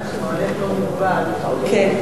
כיוון שזמננו, כן.